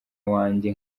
wanjye